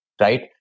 right